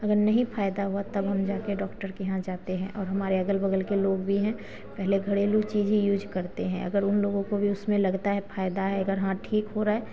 अगर नहीं फ़ायदा हुआ तब हम जाते हैं डॉक्टर के यहाँ जाते हैं और हमारे अगल बगल के लोग भी हैं पहले घरेलू चीज़ ही यूज करते हैं अगर उन लोगों को भी उसमें लगता है फ़ायदा है अगर हाँ ठीक हो रहा है